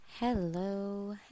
Hello